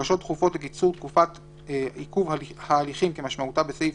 בקשות דחופות לקיצור תקופת עיכוב ההליכים כמשמעותה בסעיף